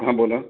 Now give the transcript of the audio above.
हां बोला